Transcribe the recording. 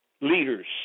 leaders